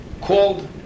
called